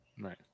Right